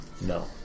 No